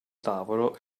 tavolo